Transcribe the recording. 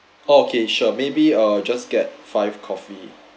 oh okay sure maybe uh just get five coffee